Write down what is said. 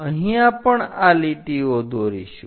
અહીંયા પણ આ લીટીઓ દોરીશું